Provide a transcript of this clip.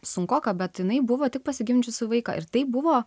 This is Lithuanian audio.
sunkoka bet jinai buvo tik pasigimdžiusi vaiką ir tai buvo